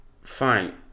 Fine